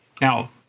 Now